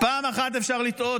מה אתה רוצה,